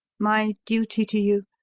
my duty to you.